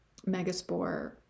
Megaspore